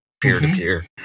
peer-to-peer